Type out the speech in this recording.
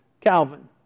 Calvin